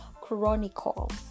Chronicles